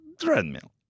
treadmill